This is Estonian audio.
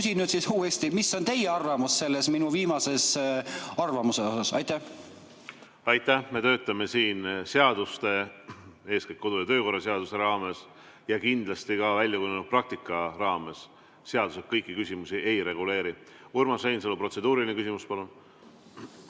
küsin nüüd uuesti: mis on teie arvamus selle minu viimase arvamuse kohta? Aitäh! Me töötame siin seaduste, eeskätt kodu- ja töökorra seaduse raames ja kindlasti ka väljakujunenud praktika raames. Seadused kõiki küsimusi ei reguleeri. Urmas Reinsalu, protseduuriline küsimus, palun!